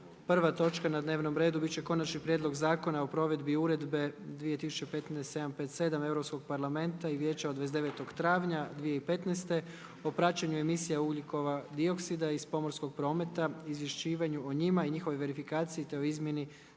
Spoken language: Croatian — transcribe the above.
Prva točka na dnevnom redu bit će Konačni prijedlog zakona o provedbi Uredbe 2015/757 Europskog parlamenta i Vijeća od 29. travnja 2015. o praćenju emisije ugljikova dioksida iz pomorskog prometa, izvješćivanju o njima i njihovoj verifikaciji, te o izmjeni